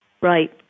Right